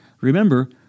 Remember